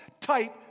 type